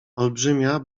olbrzymia